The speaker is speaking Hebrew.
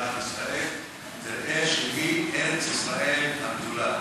במדינת ישראל תראה שהיא ארץ-ישראל הגדולה.